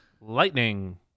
Lightning